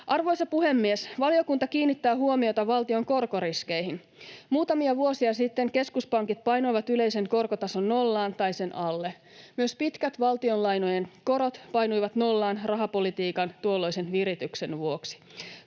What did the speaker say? Arvoisa puhemies! Valiokunta kiinnittää huomiota valtion korkoriskeihin. Muutamia vuosia sitten keskuspankit painoivat yleisen korkotason nollaan tai sen alle. Myös pitkät valtionlainojen korot painuivat nollaan rahapolitiikan tuolloisen virityksen vuoksi.